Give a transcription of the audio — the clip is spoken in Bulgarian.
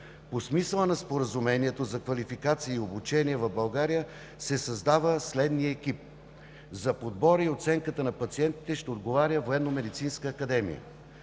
По смисъла на Споразумението за квалификация и обучение в България се създава следният екип: - за подбора и оценката на пациентите ще отговаря